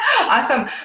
Awesome